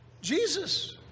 Jesus